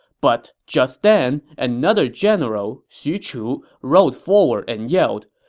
but just then, another general, xu chu, rode forward and yelled,